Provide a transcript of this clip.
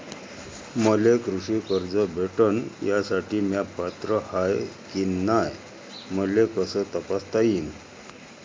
मले कृषी कर्ज भेटन यासाठी म्या पात्र हाय की नाय मले कस तपासता येईन?